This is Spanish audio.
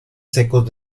secos